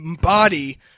body